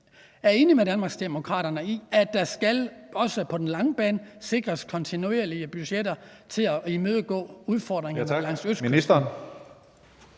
er enige med Danmarksdemokraterne i, at der også på den lange bane skal sikres kontinuerlige budgetter til at imødegå udfordringerne langs